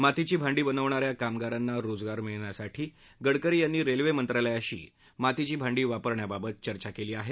मातीची भांडी बनवणाऱ्या कामगारांना रोजगार मिळण्यासाठी गडकरी यांनी रेल्वे मंत्रालयाशी मातीची भांडी वापरण्याबाबत चर्चा केली आहे